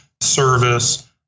service